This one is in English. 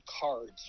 cards